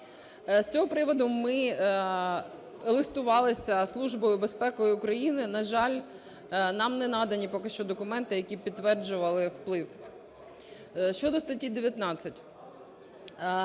З цього приводу ми листувалися зі Службою безпеки України. На жаль, нам не надані поки що документи, які б підтверджували вплив. Щодо статті 19.